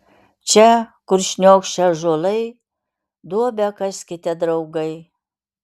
čia kur šniokščia ąžuolai duobę kaskite draugai